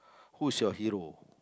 who is your hero